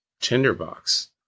tinderbox